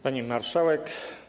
Pani Marszałek!